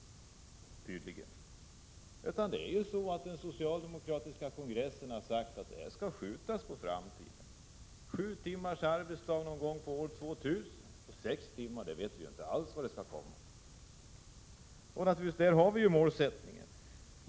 Den socialdemokratiska kongressen har ju sagt att detta skall skjutas på framtiden. Det skall bli sju timmars arbetsdag någon gång år 2000, och när sex timmars arbetsdag skall komma vet vi inte alls. Där har vi målsättningen.